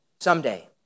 someday